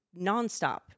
nonstop